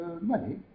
money